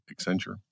Accenture